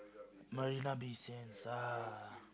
Marina-Bay-Sands ah